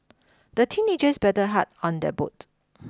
the teenagers paddled hard on their boat